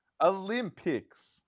Olympics